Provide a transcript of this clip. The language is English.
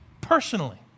personally